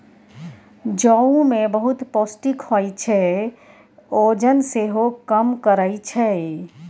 जौ मे बहुत पौष्टिक होइ छै, ओजन सेहो कम करय छै